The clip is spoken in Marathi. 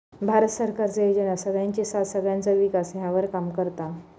भारत सरकारचे योजना सगळ्यांची साथ सगळ्यांचो विकास ह्यावर काम करता